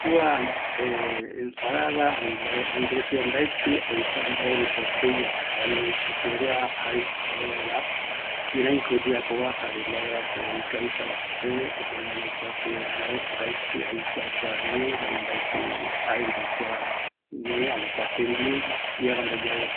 Kua ensalada jeiva sepuerea aikua nbaereko jeiva, jare sepuerea jae kïraiko oyeapova, jare mbaerako ikavitava, jaeramo mbaetɨ aikua kua ñee, mbatɨ aendu kua tembiu iarambo yauva